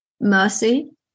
mercy